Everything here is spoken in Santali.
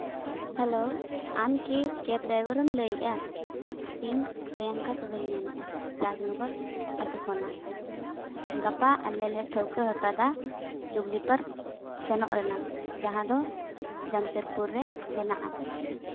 ᱦᱮᱞᱳ ᱟᱢ ᱠᱤ ᱠᱮᱵᱽ ᱰᱟᱭᱵᱷᱟᱨᱮᱢ ᱞᱟᱹᱭᱮᱫᱼᱟ ᱤᱧ ᱯᱨᱤᱭᱟᱝᱠᱟ ᱴᱩᱰᱩᱧ ᱢᱮᱱᱮᱫᱼᱟ ᱨᱟᱡᱽᱱᱚᱜᱚᱨ ᱟᱹᱛᱩ ᱠᱷᱚᱱᱟᱜ ᱜᱟᱯᱟ ᱟᱞᱮ ᱞᱮ ᱴᱷᱟᱹᱣᱠᱟᱹ ᱟᱠᱟᱫᱟ ᱡᱩᱜᱽᱞᱤ ᱯᱟᱨᱠ ᱥᱮᱱᱚᱜ ᱨᱮᱱᱟᱜ ᱡᱟᱦᱟᱸ ᱫᱚ ᱡᱟᱢᱥᱮᱫᱽᱯᱩᱨ ᱨᱮ ᱢᱮᱱᱟᱜᱼᱟ